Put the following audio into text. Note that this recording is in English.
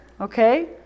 okay